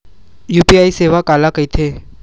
UPI सेवा काला कइथे?